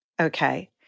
okay